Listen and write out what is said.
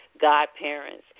godparents